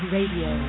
Radio